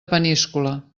peníscola